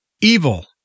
evil